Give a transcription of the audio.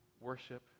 Worship